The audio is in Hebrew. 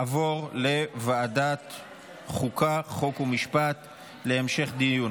לוועדת חוקה, חוק ומשפט נתקבלה.